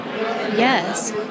Yes